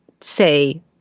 say